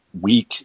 weak